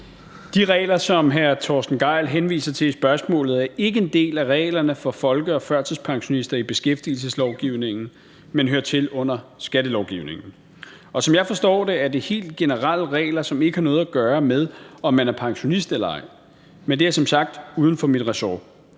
De regler, som hr. Torsten Gejl henviser til i spørgsmålet, er ikke en del af reglerne for folke- og førtidspensionister i beskæftigelseslovgivningen, men hører under skattelovgivningen. Og som jeg forstår det, er det helt generelle regler, som ikke har noget at gøre med, om man er pensionist eller ej. Men det er som sagt uden for mit ressort.